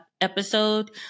episode